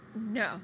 No